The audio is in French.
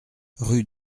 rue